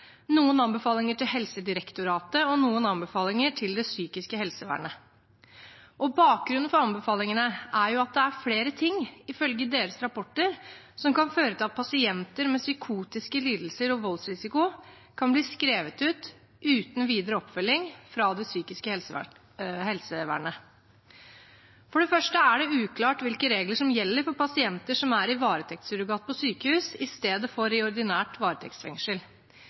noen anbefalinger til Helsedirektoratet og noen anbefalinger til det psykiske helsevernet. Bakgrunnen for anbefalingene er at det er flere ting, ifølge deres rapporter, som kan føre til at pasienter med psykotiske lidelser og voldsrisiko kan bli skrevet ut uten videre oppfølging fra det psykiske helsevernet. For det første er det uklart hvilke regler som gjelder for pasienter som er i varetektssurrogat på sykehus i stedet for i ordinært varetektsfengsel.